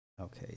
Okay